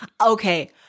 Okay